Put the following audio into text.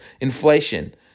inflation